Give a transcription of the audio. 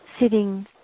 sitting